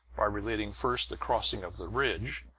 by relating first the crossing of the ridge,